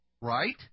right